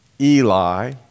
Eli